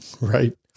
right